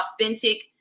authentic